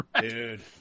Dude